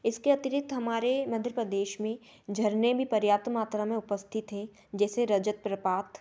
इसके अतिरिक्त हमारे मध्य प्रदेश में झरने भी पर्याप्त मात्रा में उपस्थित हैं जैसे रजत प्रपात